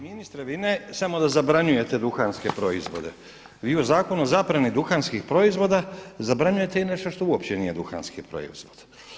Ministre, vi ne samo da zabranjujete duhanske proizvode, vi u Zakonu o zabrani duhanskih proizvoda zabranjujete i nešto što uopće nije duhanski proizvod.